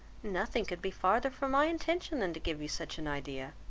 nothing could be farther from my intention than to give you such an idea.